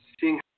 seeing